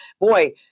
Boy